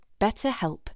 BetterHelp